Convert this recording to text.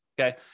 okay